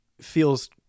feels